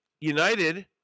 United